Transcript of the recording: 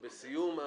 בסיום,